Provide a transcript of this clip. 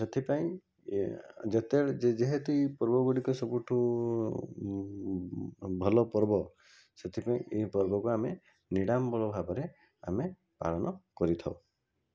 ସେଥିପାଇଁ ଯେତେବେଳେ ଯେହେତି ପର୍ବଗୁଡ଼ିକ ସବୁଠୁ ଭଲ ପର୍ବ ସେଥିପାଇଁ ଏହି ପର୍ବକୁ ଆମେ ନିଡ଼ାମ୍ବର ଭାବରେ ଆମେ ପାଳନ କରିଥାଉ